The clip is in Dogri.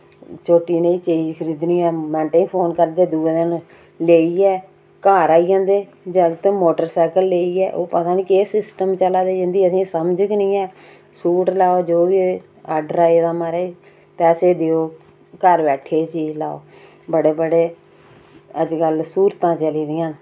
छोटी नेही चीज़ खरीदनी होऐ मैंटे ई फोन करदे दूऐ दिन लेइयै घर आई जंदे जागत् मोटरसैकल लेइयै ओह् पता निं केह् सिस्टम चला दे इंदी असेंगी समझ गै नेईं ऐ सूट लेओ जो बी ऑर्डर आए दे म्हाराज पैसे देओ घर बैठी दी चीज़ लेओ बड़े बड़े अज्जकल सूह्लतां चली दियां